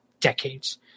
decades